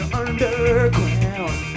underground